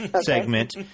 segment